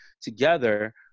together